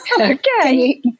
Okay